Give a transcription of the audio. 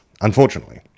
Unfortunately